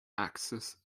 axis